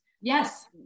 Yes